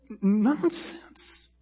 nonsense